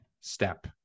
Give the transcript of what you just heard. step